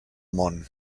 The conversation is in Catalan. món